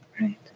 Right